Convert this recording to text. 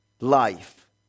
life